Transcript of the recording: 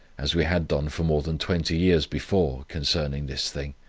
as we had done for more than twenty years before, concerning this thing,